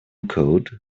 code